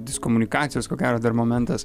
diskomunikacijos ko gero dar momentas